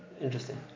interesting